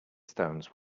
stones